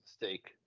mistake